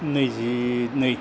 नैजिनै